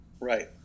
Right